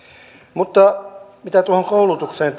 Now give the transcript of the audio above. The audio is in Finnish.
mutta mitä tuohon koulutukseen